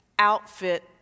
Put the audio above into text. outfit